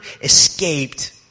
escaped